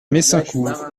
messincourt